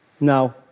Now